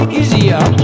easier